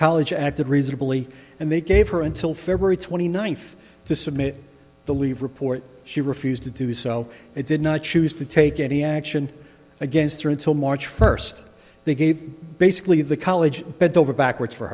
college acted reasonably and they gave her until february twenty ninth to submit the leave report she refused to do so they did not choose to take any action against her until march first they gave basically the college bent over backwards for